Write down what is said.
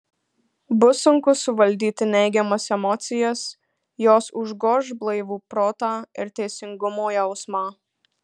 bus sunku suvaldyti neigiamas emocijas jos užgoš blaivų protą ir teisingumo jausmą